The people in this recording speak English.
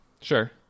Sure